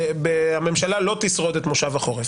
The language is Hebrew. הממשלה לא תשרוד את מושב החורף.